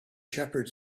shepherd